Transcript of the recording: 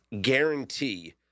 guarantee